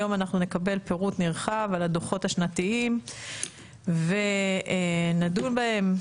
היום אנחנו נקבל פירוט נרחב על הדו"חות השנתיים ונדון בהם.